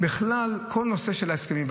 בכלל כל הנושא של הסכמים,